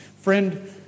Friend